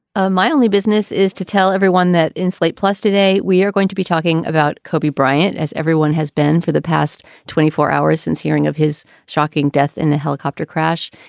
ah my only business is to tell everyone that insulate. plus, today we are going to be talking about kobe bryant, as everyone has been for the past twenty four hours since hearing of his shocking death in the helicopter crash.